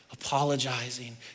apologizing